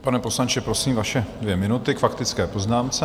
Pane poslanče, prosím, vaše dvě minuty k faktické poznámce.